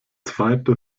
zweite